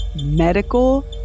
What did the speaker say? Medical